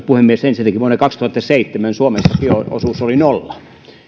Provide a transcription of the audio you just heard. puhemies ensinnäkin vuonna kaksituhattaseitsemän suomessa bio osuus oli nolla